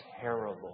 terrible